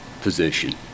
position